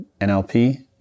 NLP